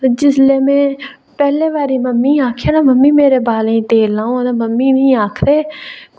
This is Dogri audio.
ते जिसलै में पैह्ली बारी मम्मी गी आखेआ ना मम्मी मेरे बालें ई तेल लाओ हां ते मम्मी मी आखदे